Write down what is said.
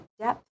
depth